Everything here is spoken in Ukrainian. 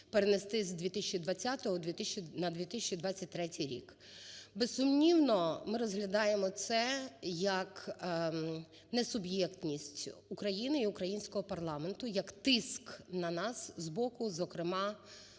перенести з 2020 на 2023 рік. Безсумнівно, ми розглядаємо це якнесуб'єктність України і українського парламенту, як тиск на нас з боку, зокрема